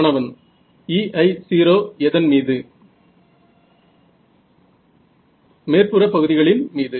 மாணவன் e i 0 எதன் மீது மேற்புற பகுதிகளின் மீது